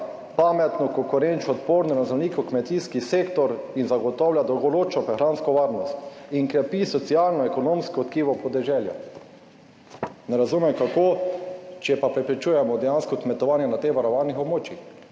pametno, konkurenčno odporno na / nerazumljivo/ kmetijski sektor in zagotavlja dolgoročno prehransko varnost in krepi socialno ekonomsko tkivo podeželja. Ne razumem kako, če pa preprečujemo dejansko kmetovanje na teh varovanih območjih.